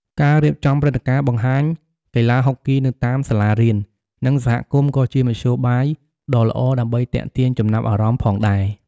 ការរៀបចំព្រឹត្តិការណ៍បង្ហាញកីឡាហុកគីនៅតាមសាលារៀន និងសហគមន៍ក៏ជាមធ្យោបាយដ៏ល្អដើម្បីទាក់ទាញចំណាប់អារម្មណ៍ផងដែរ។